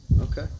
okay